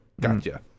gotcha